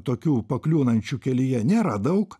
tokių pakliūnančių kelyje nėra daug